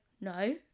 no